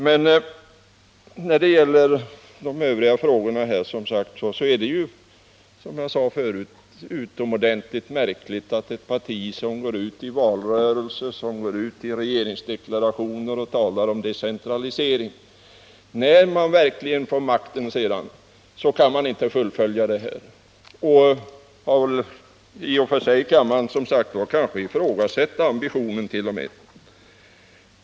Men när det gäller de övriga frågorna är det som sagt utomordentligt märkligt att ett parti, som i valrörelsen och i regeringsdeklarationer talar om decentralisering, när det verkligen kommit till makten inte kan fullfölja detta. Man kan kanske t.o.m. också ifrågasätta ambitionen på detta område.